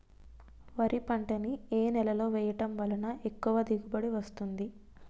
వరి పంట ని ఏ నేలలో వేయటం వలన ఎక్కువ దిగుబడి వస్తుంది?